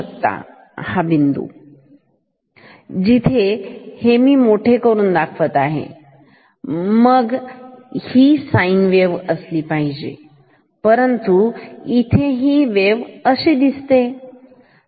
तर हा बिंदू बघा जिथे मी मोठे करून दाखवत आहे मग ही साइन वेव्ह अशी असली पाहिजे परंतु इथे ही वेव्ह अशी आहे